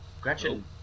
Gretchen